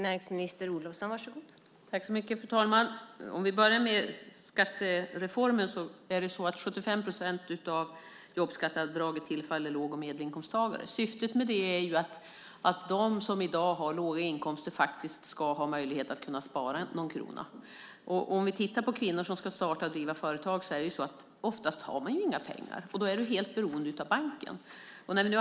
Fru talman! Vi kan börja med skattereformen. 75 procent av jobbskatteavdraget tillfaller låg och medelinkomsttagare. Syftet är att de som i dag har låga inkomster ska kunna spara någon krona. Oftast har kvinnor som ska starta och driva företag inga pengar. De är helt beroende av banken.